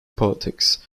politics